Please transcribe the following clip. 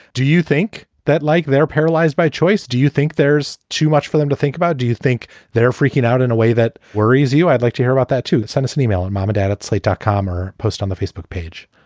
do you think that, like, they're paralyzed by choice? do you think there's too much for them to think about? do you think they're freaking out in a way that worries you? i'd like to hear about that, too. send us an e-mail in um and miami-dade at slate dot com or post on the facebook page.